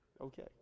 Okay